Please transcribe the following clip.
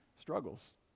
struggles